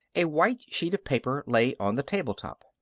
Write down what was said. a white sheet of paper lay on the table top.